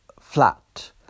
flat